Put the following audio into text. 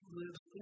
lives